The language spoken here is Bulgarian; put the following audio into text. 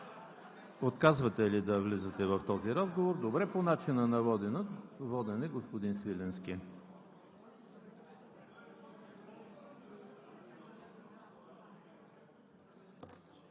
Отказвате да влизате в този разговор, добре. По начина на водене – господин Свиленски.